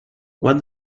what